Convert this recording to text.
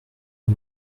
two